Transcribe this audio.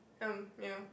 um ya